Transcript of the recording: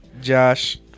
Josh